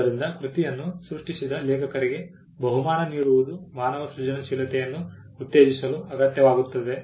ಆದ್ದರಿಂದ ಕೃತಿಯನ್ನು ಸೃಷ್ಟಿಸಿದ ಲೇಖಕರಿಗೆ ಬಹುಮಾನ ನೀಡುವುದು ಮಾನವ ಸೃಜನಶೀಲತೆಯನ್ನು ಉತ್ತೇಜಿಸಲು ಅಗತ್ಯವಾಗುತ್ತದೆ